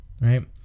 right